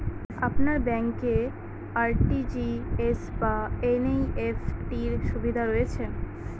আপনার ব্যাংকে আর.টি.জি.এস বা এন.ই.এফ.টি র সুবিধা রয়েছে?